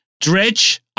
Dredge